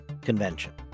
convention